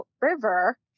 River